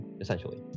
essentially